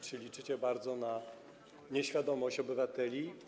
Czy liczycie bardzo na nieświadomość obywateli?